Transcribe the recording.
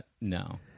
No